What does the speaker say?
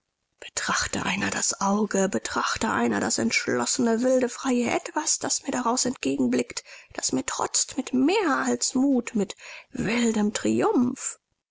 betrachte einer das auge betrachte einer das entschlossene wilde freie etwas das mir daraus entgegenblickt das mir trotzt mit mehr als mut mit wildem triumph